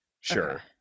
Sure